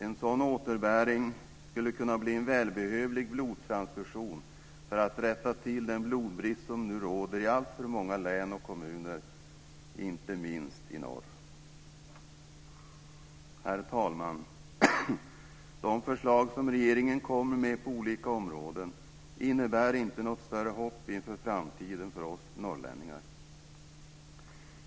En sådan återbäring skulle kunna bli en välbehövlig blodtransfusion för att rätta till den blodbrist som nu råder i alltför många län och kommuner, inte minst i norr. Herr talman! De förslag som regeringen kommer med på olika områden innebär inte något större hopp inför framtiden för oss norrlänningar.